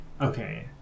Okay